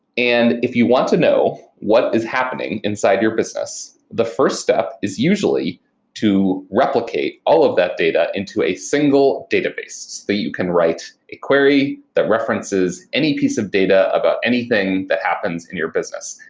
and if you want to know what is happening inside your business, the first step is usually to replicate all of that data into a single database. that you can write a query that references any piece of data about anything that happens in your business.